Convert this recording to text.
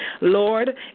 Lord